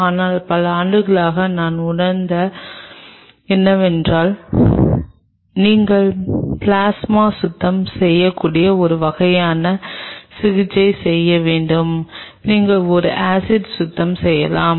ஆனால் பல ஆண்டுகளாக நான் உணர்ந்தது என்னவென்றால் நீங்கள் பிளாஸ்மா சுத்தம் செய்யக்கூடிய ஒரு வகையான சிகிச்சையை செய்ய வேண்டும் நீங்கள் ஒரு ஆசிட் சுத்தம் செய்யலாம்